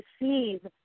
receive